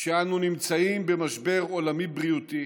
כשאנו נמצאים במשבר עולמי בריאותי,